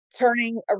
Turning